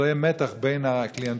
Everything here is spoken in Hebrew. שלא יהיה מתח בין הקליינטורה,